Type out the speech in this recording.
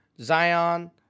Zion